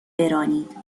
برانید